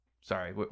Sorry